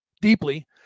deeply